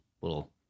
little